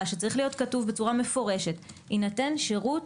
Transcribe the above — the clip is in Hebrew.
שצריך להיות כתוב בצורה מפורשת שיינתן שירות